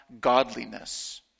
godliness